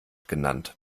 genannt